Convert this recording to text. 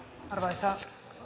arvoisa